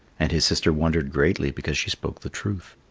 and his sister wondered greatly because she spoke the truth.